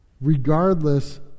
regardless